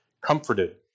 comforted